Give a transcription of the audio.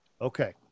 Okay